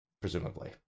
presumably